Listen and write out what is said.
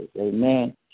amen